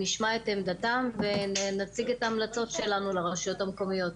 נשמע את עמדתם ונציג את ההמלצות שלנו לרשויות המקומיות.